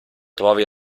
trovi